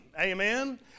Amen